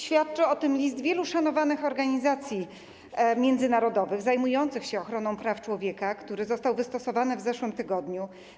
Świadczy o tym list wielu szanowanych organizacji międzynarodowych zajmujących się ochroną praw człowieka, który został wystosowany w zeszłym tygodniu.